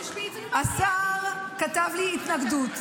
את תשמעי את זה --- השר כתב לי התנגדות.